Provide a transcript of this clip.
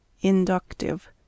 Inductive